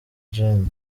gen